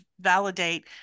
validate